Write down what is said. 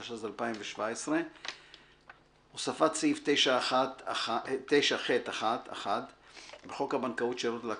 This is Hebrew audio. התשע"ז 2017 "הוספת סעיף 9ח1. 1. בחוק הבנקאות (שירות ללקוח),